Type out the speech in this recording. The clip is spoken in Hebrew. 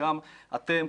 וגם אתם,